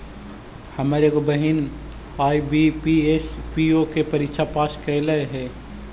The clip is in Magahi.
हमर एगो बहिन आई.बी.पी.एस, पी.ओ के परीक्षा पास कयलइ हे